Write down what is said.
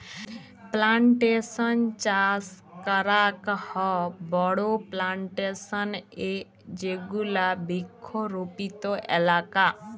plantation চাস করাক হ বড়ো প্লানটেশন এ যেগুলা বৃক্ষরোপিত এলাকা